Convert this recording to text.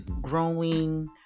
growing